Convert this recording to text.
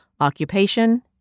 Occupation